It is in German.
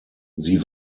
sie